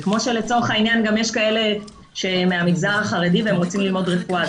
זה כמו שלצורך העניין יש כאלה מהמגזר החרדי והם רוצים ללמוד רפואה.